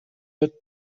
het